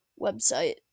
website